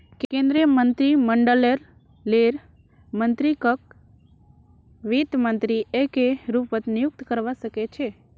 केन्द्रीय मन्त्रीमंडललेर मन्त्रीकक वित्त मन्त्री एके रूपत नियुक्त करवा सके छै